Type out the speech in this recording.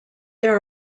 there